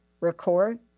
record